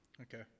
Okay